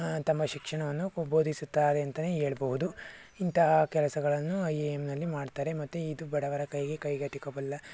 ತಮ್ಮ ಶಿಕ್ಷಣವನ್ನು ಬೋಧಿಸುತ್ತಾರೆ ಅಂತಲೇ ಹೇಳ್ಬೋದು ಇಂತಹ ಕೆಲಸಗಳನ್ನು ಐ ಐ ಎಮ್ನಲ್ಲಿ ಮಾಡ್ತಾರೆ ಮತ್ತು ಇದು ಬಡವರ ಕೈಗೆ ಕೈಗೆಟುಕಬಲ್ಲ